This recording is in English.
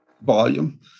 volume